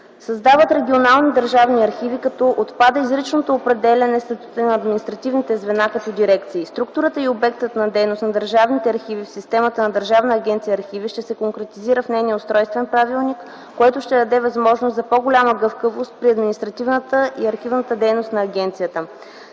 Създават се регионални държавни архиви, като отпада изричното определяне статута на административните звена като дирекции. Структурата и обектът на дейност на държавните архиви в системата на Държавна агенция "Архиви" ще се конкретизира в нейния Устройствен правилник, което ще даде възможност за по-голяма гъвкавост при административната и архивната дейност на агенцията.